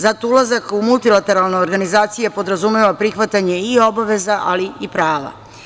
Zato ulazak u multilateralne organizacije podrazumeva prihvatanje i obaveza, ali i prava.